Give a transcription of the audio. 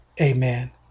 amen